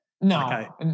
No